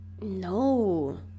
No